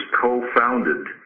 co-founded